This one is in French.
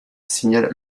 signale